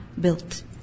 built